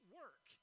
work